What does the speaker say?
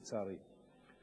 לצערי,